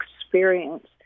experience